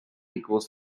equals